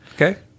Okay